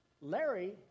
Larry